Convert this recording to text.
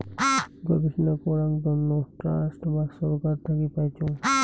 গবেষণা করাং তন্ন ট্রাস্ট বা ছরকার থাকি পাইচুঙ